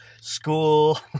school